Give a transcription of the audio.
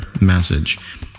message